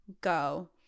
go